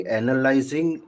analyzing